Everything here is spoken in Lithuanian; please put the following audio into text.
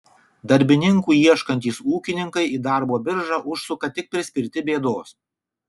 darbininkų ieškantys ūkininkai į darbo biržą užsuka tik prispirti bėdos